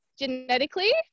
Genetically